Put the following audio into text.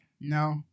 No